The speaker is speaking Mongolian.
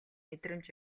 мэдрэмж